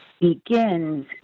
begins